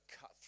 cut